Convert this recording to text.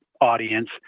audience